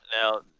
Now